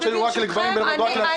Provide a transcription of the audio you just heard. שמיועדים רק לגברים או רק לנשים.